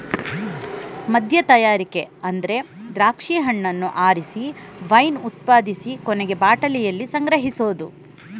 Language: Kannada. ಮದ್ಯತಯಾರಿಕೆ ಅಂದ್ರೆ ದ್ರಾಕ್ಷಿ ಹಣ್ಣನ್ನ ಆರಿಸಿ ವೈನ್ ಉತ್ಪಾದಿಸಿ ಕೊನೆಗೆ ಬಾಟಲಿಯಲ್ಲಿ ಸಂಗ್ರಹಿಸೋದು